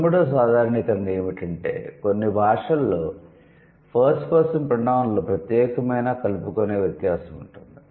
పదమూడవ సాధారణీకరణ ఏమిటంటే కొన్ని భాషలలో ఫస్ట్ పర్సన్ ప్రోనౌన్ లో ప్రత్యేకమైన కలుపుకొనే వ్యత్యాసం ఉంటుంది